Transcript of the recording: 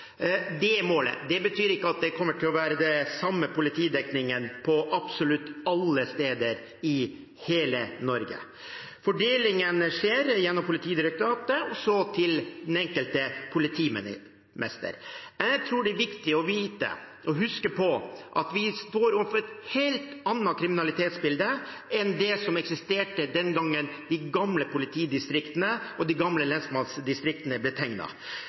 Det er målet. Det betyr ikke at det kommer til å være den samme politidekningen på absolutt alle steder i hele Norge. Fordelingen skjer gjennom Politidirektoratet, og så til den enkelte politimester. Jeg tror det er viktig å vite og huske på at vi står overfor et helt annet kriminalitetsbilde enn det som eksisterte den gangen de gamle politidistriktene og de gamle lensmannsdistriktene